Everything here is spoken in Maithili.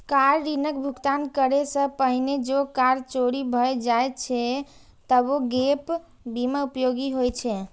कार ऋणक भुगतान करै सं पहिने जौं कार चोरी भए जाए छै, तबो गैप बीमा उपयोगी होइ छै